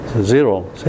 Zero